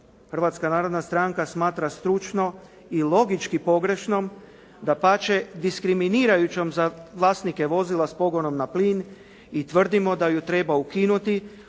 Hrvatska narodna stranka smatra stručno i logički pogrešnom, dapače diskriminirajućom za vlasnike vozila s pogonom na plin i tvrdimo da ju treba ukinuti